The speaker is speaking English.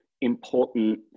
important